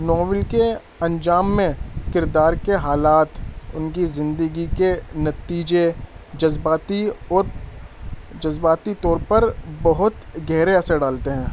novel کے انجام میں کردار کے حالات ان کی زندگی کے نتیجے جذباتی اور جذباتی طور پر بہت گہرے اثر ڈالتے ہیں